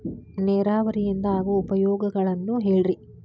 ನೇರಾವರಿಯಿಂದ ಆಗೋ ಉಪಯೋಗಗಳನ್ನು ಹೇಳ್ರಿ